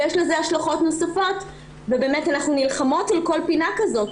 ויש לזה השלכות נוספות ובאמת אנחנו נלחמות על כל פינה כזאת,